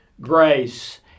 grace